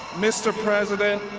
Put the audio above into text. mr. president,